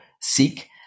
seek